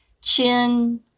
chin